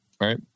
right